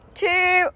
two